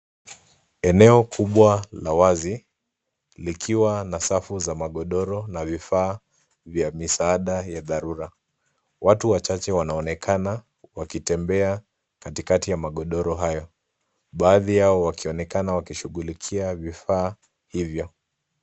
Eneo kubwa la wazi likiwa na safu za magodoro na vifaa vya misaada ya dharura, watu wachache wanaonekana wakitembea katikati ya magodoro hayo, baadhi yao wakionekana wakishughulikia vifaa hivyo.